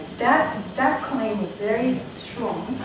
that was very strong,